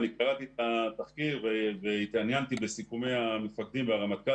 קראתי את התחקיר והתעניינתי בסיכומי המפקדים והרמטכ"ל